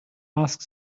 ask